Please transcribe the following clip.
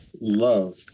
love